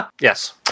Yes